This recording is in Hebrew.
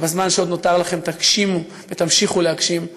שבזמן שעוד נותר לכם תגשימו ותמשיכו להגשים.